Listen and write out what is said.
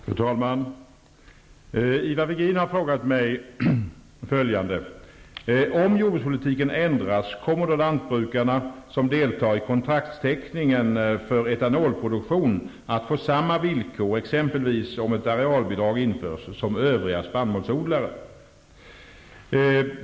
Fru talman! Ivar Virgin har frågat mig följande: Om jordbrukspolitiken ändras, kommer då lantbrukarna som deltar i kontraktsteckningen för etanolproduktion att få samma villkor, exempelvis om ett arealbidrag införs, som övriga spannmålsodlare?